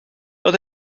dat